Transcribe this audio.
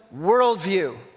worldview